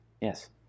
yes